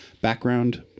background